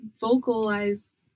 vocalize